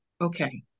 okay